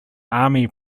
army